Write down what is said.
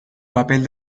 papel